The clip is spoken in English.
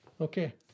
Okay